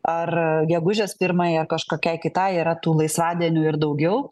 ar gegužės pirmai ar kažkokiai kitai yra tų laisvadienių ir daugiau